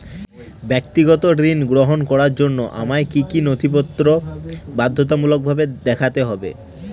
ব্যক্তিগত ঋণ গ্রহণ করার জন্য আমায় কি কী নথিপত্র বাধ্যতামূলকভাবে দেখাতে হবে?